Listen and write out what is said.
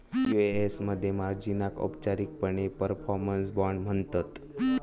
UAS मध्ये मार्जिनाक औपचारिकपणे परफॉर्मन्स बाँड म्हणतत